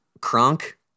Kronk